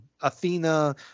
Athena